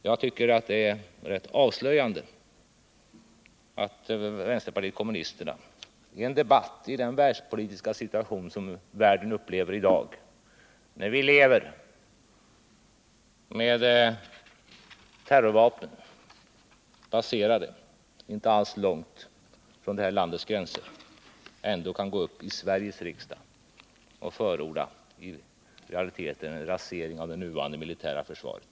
Jag tycker att det är rätt avslöjande att vänsterpartiet kommunisternas representant i en debatt i den politiska situation som världen upplever i dag ändå kan gå upp i Sveriges riksdag och förorda vad som i realiteten skulle innebära en rasering av det nuvarande militära försvaret.